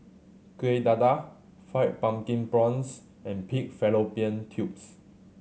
Kuih Dadar Fried Pumpkin Prawns and pig fallopian tubes